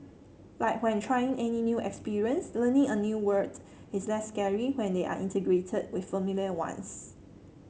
like when trying any new experience learning a new word is less scary when they are integrated with familiar ones